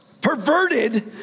perverted